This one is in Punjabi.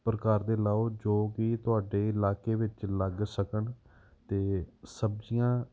ਪ੍ਰਕਾਰ ਦੇ ਲਗਾਓ ਜੋ ਕਿ ਤੁਹਾਡੇ ਇਲਾਕੇ ਵਿੱਚ ਲੱਗ ਸਕਣ ਅਤੇ ਸਬਜ਼ੀਆਂ